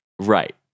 Right